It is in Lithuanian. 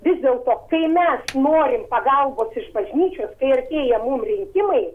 vis dėlto kai mes norim pagalbos iš bažnyčios kai artėja mum rinkimai